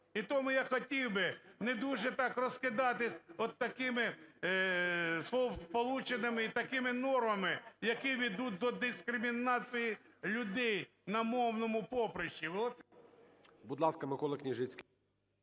І тому я хотів би не дуже так розкидатись отакими словосполученнями і такими нормами, які ведуть до дискримінації людей на мовному поприщі.